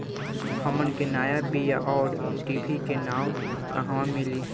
हमन के नया बीया आउरडिभी के नाव कहवा मीली?